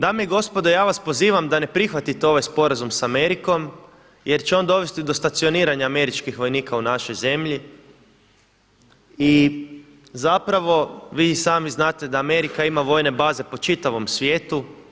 Dame i gospodo, ja vas pozivam da ne prihvatite ovaj sporazum sa Amerikom jer će on dovesti do stacioniranja američkih vojnika u našoj zemlji i zapravo vi i sami znate da Amerika ima vojne baze po čitavom svijetu.